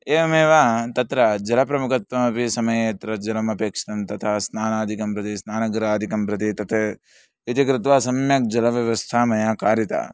एवमेव तत्र जलप्रमुखत्वमपि समये यत्र जलमपेक्षितं तथा स्नानादिकं प्रति स्नानगृहादिकं प्रति तत् इति कृत्वा सम्यक् जलव्यवस्था मया कारिता